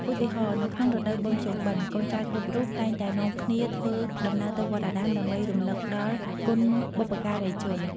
ឧទាហរណ៍ នៅក្នុងរដូវបុណ្យភ្ជុំបិណ្ឌ កូនចៅគ្រប់រូបតែងតែនាំគ្នាធ្វើដំណើរទៅវត្តអារាម ដើម្បីរំលឹកដល់គុណបុព្វការីជន។